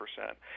percent